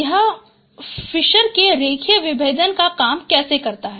यह है कि फिशर के रेखीय विभेदक कैसे काम करते हैं